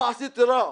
מה עשיתי רע?